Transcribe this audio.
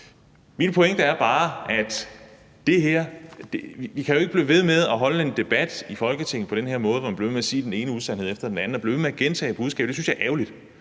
vi ikke kan blive ved med at have en debat i Folketinget på den her måde, hvor man bliver ved med at sige den ene usandhed efter den anden og bliver ved med at gentage budskabet. Det synes jeg er ærgerligt,